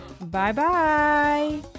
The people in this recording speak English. Bye-bye